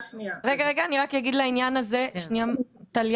רגע, רגע, אני רק אגיד לעניין הזה, שנייה טליה.